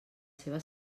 seva